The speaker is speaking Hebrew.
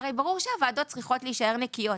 הרי ברור שהוועדות צריכות להישאר נקיות,